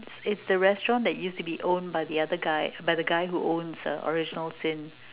it's the restaurant that used to be owned by the other guy by the guy who owns uh original sin